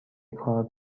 کار